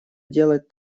делать